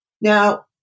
Now